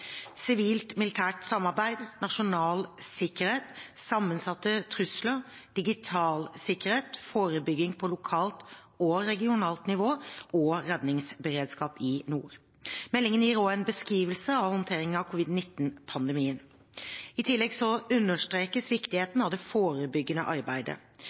samarbeid, nasjonal sikkerhet, sammensatte trusler, digital sikkerhet, forebygging på lokalt og regionalt nivå og redningsberedskap i nord. Meldingen gir også en beskrivelse av håndteringen av covid-19-pandemien. I tillegg understrekes viktigheten av det forebyggende arbeidet.